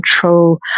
control